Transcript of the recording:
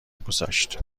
گذاشت